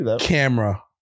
camera